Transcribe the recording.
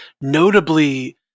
notably